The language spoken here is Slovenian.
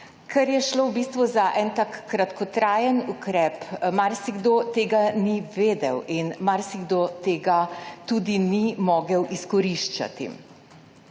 Ker je šlo v bistvu za en tak kratkotrajen ukrep, marsikdo tega ni vedel in marsikdo tega tudi ni mogel izkoriščati.